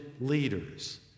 leaders